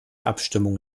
abstimmung